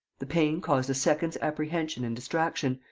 the pain caused a second's apprehension and distraction,